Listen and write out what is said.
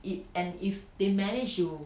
it and if they manage to